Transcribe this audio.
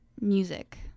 music